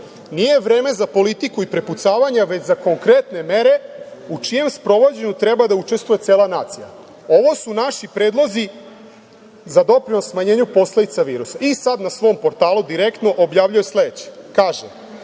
nije vreme za politiku i prepucavanja već za konkretne mere u čijem sprovođenju treba da učestvuje cela nacija. Ovo su naši predlozi za doprinos smanjenju posledica virusa. I sada na svom portalu direktno objavljuje sledeće –